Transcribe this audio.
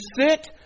sit